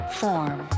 form